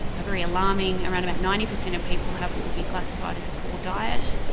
a very alarming, around about ninety percent of people have what would be classified as a poor diet.